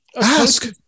Ask